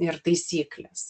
ir taisyklės